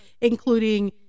including